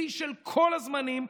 בשיא של כל הזמנים,